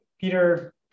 Peter